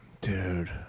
dude